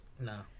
No